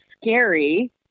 scary